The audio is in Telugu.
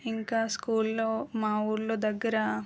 ఇంకా స్కూల్లో మా ఊర్లో దగ్గర